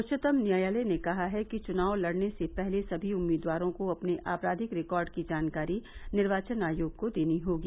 उच्चतम न्यायालय ने कहा है कि चुनाव लड़ने से पहले सभी उम्मीदवारों को अपने आपराधिक रिकॉर्ड की जानकारी निर्वाचन आयोग को देनी होगी